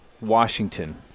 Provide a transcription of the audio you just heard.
Washington